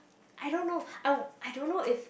I don't know ow~ I don't know if